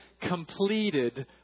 completed